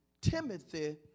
Timothy